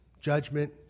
judgment